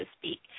speak